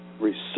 research